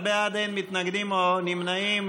18 בעד, אין מתנגדים או נמנעים.